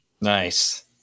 Nice